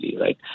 right